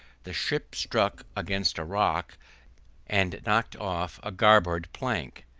the ship struck against a rock and knocked off a garboard plank,